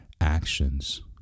actions